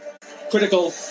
critical